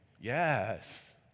Yes